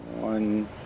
One